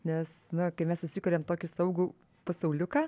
nes nu kai mes susikuriam tokį saugų pasauliuką